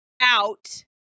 Out